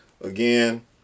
Again